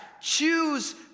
choose